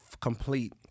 complete